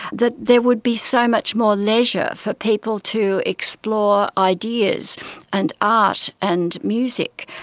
that there would be so much more leisure for people to explore ideas and art and music.